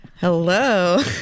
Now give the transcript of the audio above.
hello